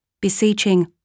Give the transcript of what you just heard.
beseeching